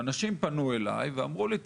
שאנשים פנו אליי ואמרו לי,